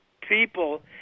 people